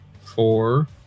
four